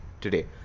today